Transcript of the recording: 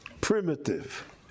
primitive